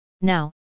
Now